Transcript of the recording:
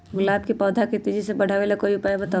गुलाब के पौधा के तेजी से बढ़ावे ला कोई उपाये बताउ?